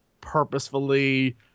purposefully